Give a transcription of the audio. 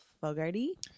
Fogarty